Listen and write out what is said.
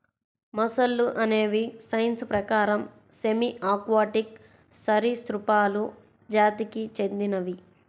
మొసళ్ళు అనేవి సైన్స్ ప్రకారం సెమీ ఆక్వాటిక్ సరీసృపాలు జాతికి చెందినవి